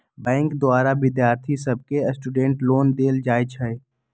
bank द्वारा विद्यार्थि सभके स्टूडेंट लोन देल जाइ छइ